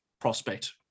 prospect